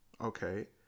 Okay